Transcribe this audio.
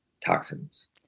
toxins